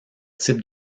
type